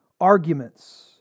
arguments